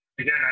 Again